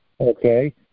Okay